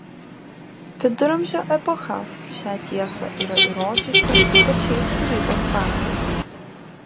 viduramžio epocha šią tiesą yra įrodžiusi pačiais kūrybos faktais